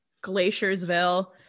Glaciersville